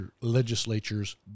Legislature's